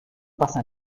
pasa